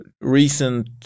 recent